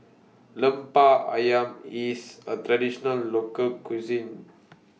Lemper Ayam IS A Traditional Local Cuisine